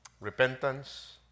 repentance